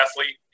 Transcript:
athlete